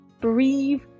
breathe